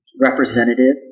representative